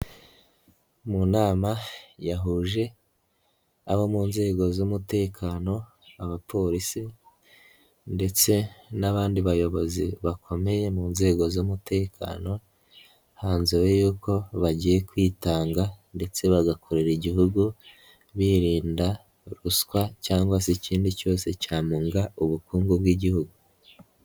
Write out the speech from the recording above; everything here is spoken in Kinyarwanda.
Mu nama yahuje abo mu nzego z'umutekano, abapolisi ndetse n'abandi bayobozi bakomeye mu nzego z'umutekano, hanzuwe y'uko bagiye kwitanga ndetse bagakorera igihugu birinda ruswa, cyangwa se ikindi cyose cyamunga ubukungu bw'igihugu.